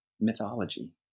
mythology